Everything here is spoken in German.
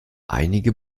einige